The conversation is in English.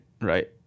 right